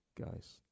guys